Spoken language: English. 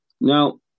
Now